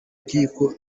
nkiko